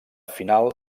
final